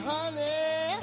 Honey